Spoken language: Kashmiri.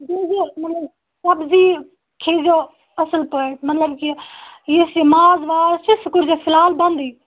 بیٚیہِ یہِ مطلب سبزی کھیے زیٚو اصٕل پٲٹھۍ مطلب یہِ یُس یہِ ماز واز چھُ سُہ کٔرزیٚو فِلحال بَندٕے